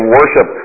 worship